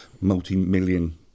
multi-million